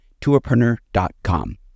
tourpreneur.com